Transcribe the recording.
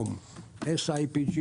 SIPG,